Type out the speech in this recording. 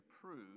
prove